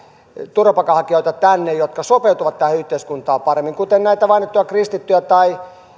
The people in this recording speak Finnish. turvapaikanhakijoita jotka sopeutuvat tähän yhteiskuntaan paremmin kuten näitä mainittuja kristittyjä tai